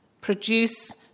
Produce